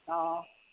অঁ